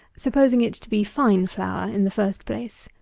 supposing it to be fine flour, in the first place.